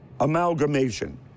Amalgamation